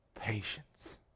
patience